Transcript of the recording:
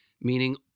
meaning